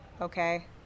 Okay